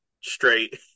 straight